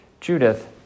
Judith